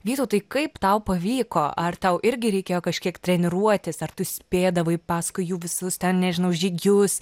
vytautai kaip tau pavyko ar tau irgi reikėjo kažkiek treniruotis ar tu spėdavai paskui jų visus ten nežinau žygius